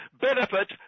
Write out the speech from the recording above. Benefit